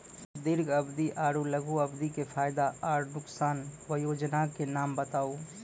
दीर्घ अवधि आर लघु अवधि के फायदा आर नुकसान? वयोजना के नाम बताऊ?